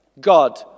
God